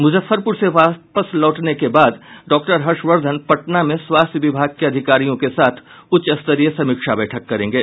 मूजफ्फरपूर से वापस लौटने के बाद डॉक्टर हर्षवर्द्वन पटना में स्वास्थ्य विभाग के अधिकारियों के साथ उच्च स्तरीय समीक्षा बैठक करेंगे